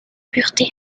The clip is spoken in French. pureté